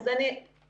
אז אני אסביר.